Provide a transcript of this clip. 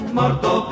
morto